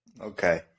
Okay